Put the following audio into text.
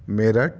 merit